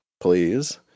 Please